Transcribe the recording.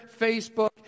Facebook